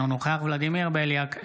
אינו נוכח ולדימיר בליאק,